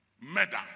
murder